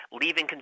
leaving